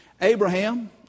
Abraham